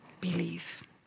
believe